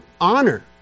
honor